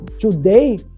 today